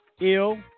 ill